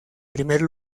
primer